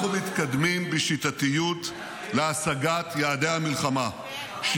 אנחנו מתקדמים בשיטתיות להשגת יעדי המלחמה -- כן,